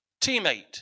teammate